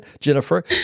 Jennifer